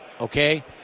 Okay